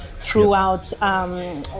throughout